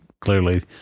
clearly